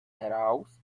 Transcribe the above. arouse